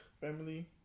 Family